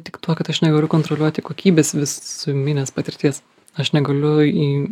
tik tuo kad aš negaliu kontroliuoti kokybės visuminės patirties aš negaliu į